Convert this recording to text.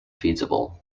feasible